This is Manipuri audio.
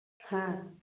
ꯍꯥ